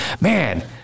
man